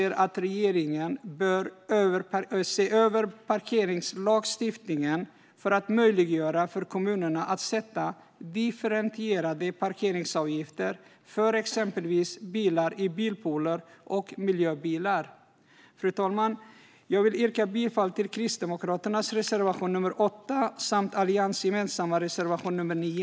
Regeringen bör se över parkeringslagstiftningen för att möjliggöra för kommunerna att sätta differentierade parkeringsavgifter för exempelvis bilar i bilpooler och miljöbilar. Fru talman! Jag vill yrka bifall till Kristdemokraternas reservation nr 8 samt till Alliansens gemensamma reservation nr 9.